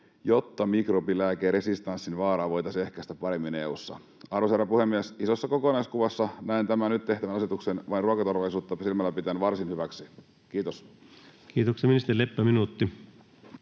jotta mikrobilääkeresistenssin vaaraa voitaisiin ehkäistä paremmin EU:ssa. Arvoisa herra puhemies! Isossa kokonaiskuvassa näen tämän nyt tehtävän asetuksen vain ruokaturvallisuutta silmällä pitäen varsin hyväksi. — Kiitos. Kiitoksia. — Ministeri Leppä, minuutti.